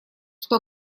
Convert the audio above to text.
что